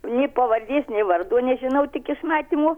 nei pavardės nei vardų nežinau tik iš matymo